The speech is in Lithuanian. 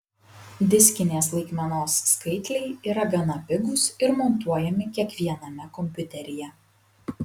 diskinės laikmenos skaitliai yra gana pigūs ir montuojami kiekviename kompiuteryje